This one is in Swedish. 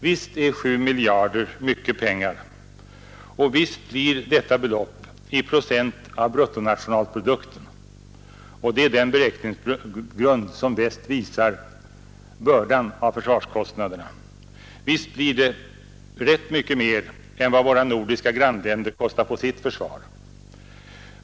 Visst är 7 miljarder mycket pengar och visst blir detta belopp i procent av bruttonationalprodukten — det är den beräkningsgrund som bäst visar bördan av försvarskostnaderna — rätt mycket mer än vad våra nordiska grannländer kostar på sitt försvar.